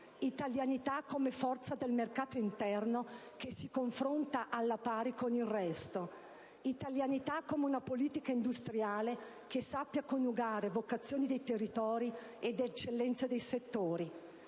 italianità come forza del mercato interno che si confronta alla pari con il resto; italianità come una politica industriale che sappia coniugare vocazioni dei territori ed eccellenza dei settori;